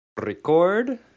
record